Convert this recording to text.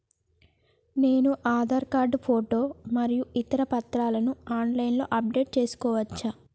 నేను Aadhaar card photo మరియు ఇతర పత్రాలను ఆన్ లైన్ అప్ డెట్ చేసుకోవచ్చా?